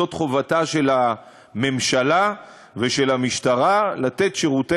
זאת חובתה של הממשלה ושל המשטרה לתת שירותי